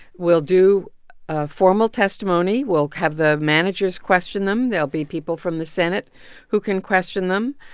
we'll do a formal testimony. we'll have the managers question them. there'll be people from the senate who can question them.